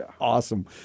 Awesome